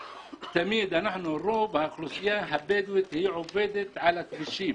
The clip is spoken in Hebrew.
רוב האוכלוסייה הבדואית עובדת על הכבישים.